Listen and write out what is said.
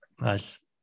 Nice